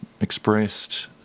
expressed